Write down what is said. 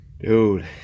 dude